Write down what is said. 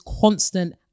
constant